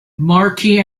marquis